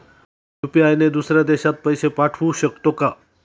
UPI ने दुसऱ्या देशात पैसे पाठवू शकतो का?